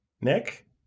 Nick